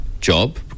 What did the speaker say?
job